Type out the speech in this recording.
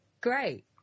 Great